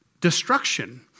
destruction